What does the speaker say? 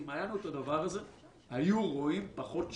אם היה לנו את הדבר הזה היו רואים פחות שוטרים.